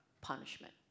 punishment